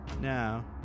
Now